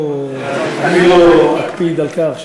אני לא אקפיד על כך,